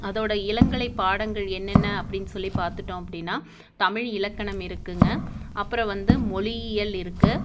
அதோடய இளங்கலை பாடங்கள் என்னென்ன அப்படினு சொல்லி பார்த்துட்டோம் அப்படினா தமிழ் இலக்கணம் இருக்குங்க அப்புறம் வந்து மொழியியல் இருக்குது